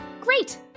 Great